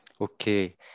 Okay